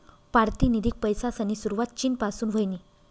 पारतिनिधिक पैसासनी सुरवात चीन पासून व्हयनी